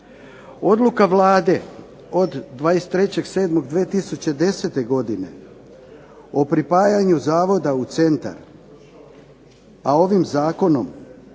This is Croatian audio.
Odluka Vlade od 23. 7. 2010. godine o pripajanju Zavoda u Centar a ovim zakonom